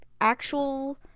actual